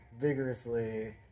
vigorously